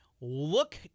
look